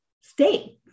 state